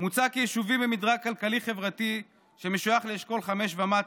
מוצע כי יישובים במדרג כלכלי-חברתי שמשויך לאשכול 5 ומטה,